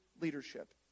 leadership